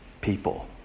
people